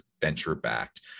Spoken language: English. venture-backed